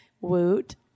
Woot